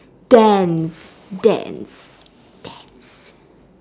dance dance dance